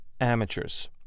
amateurs